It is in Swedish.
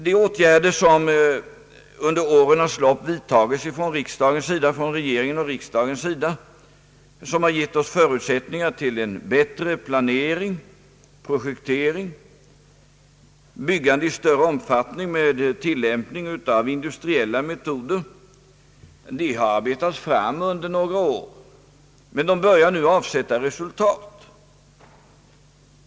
De åtgärder som under årens lopp vidtagits från regeringens och riksdagens sida och vilka gett oss förutsättningar för en bättre planering och projektering och för byggande i större utsträckning med tillämpning av industriella metoder, har arbetats fram under några år, och de börjar nu avsätta resultat.